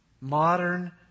modern